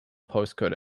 postcode